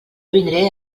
vindré